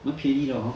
蛮便宜的 hor